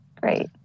great